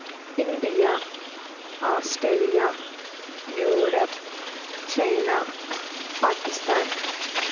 India Australia Europe China Pakistan